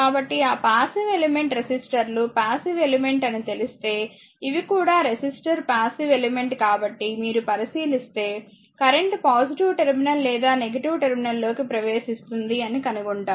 కాబట్టి ఆ passive element రెసిస్టర్లు పాసివ్ ఎలిమెంట్ అని తెలిస్తే ఇవి కూడా రెసిస్టర్ పాసివ్ ఎలిమెంట్ కాబట్టిమీరు పరిశీలిస్తే కరెంట్ పాజిటివ్ టెర్మినల్ లేదా నెగటివ్ టెర్మినల్ లోకి ప్రవేశిస్తుంది అని కనుగొంటారు